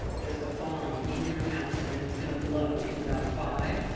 there's a bomb in your house and it's gonna blow in about five,